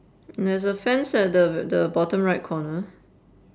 there's a fence at the b~ the bottom right corner